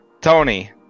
tony